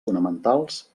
fonamentals